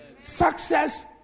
Success